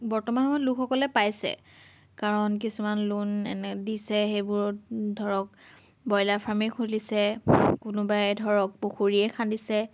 বৰ্তমান সময়ত লোকসকলে পাইছে কাৰণ কিছুমান লোন দিছে সেইবোৰত ধৰক ব্ৰইলাৰ ফাৰ্মে খুলিছে কোনোবাই ধৰক পুখুৰীয়ে খান্দিছে